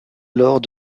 alors